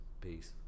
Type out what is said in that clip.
Peace